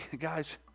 guys